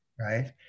right